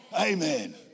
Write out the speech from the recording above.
Amen